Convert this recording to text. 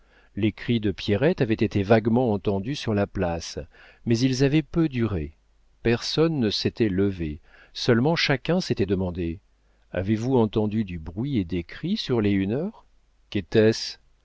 les cris de pierrette avaient été vaguement entendus sur la place mais ils avaient peu duré personne ne s'était levé seulement chacun s'était demandé avez-vous entendu du bruit et des cris sur les une heure qu'était-ce